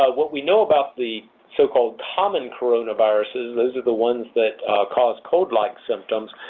ah what we know about the so-called common coronaviruses, those are the ones that cause cold-like symptoms,